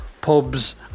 pubs